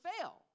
fail